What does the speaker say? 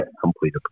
Complete